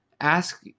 Ask